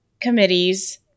committees